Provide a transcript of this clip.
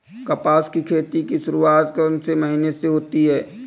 कपास की खेती की शुरुआत कौन से महीने से होती है?